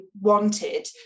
wanted